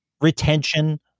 retention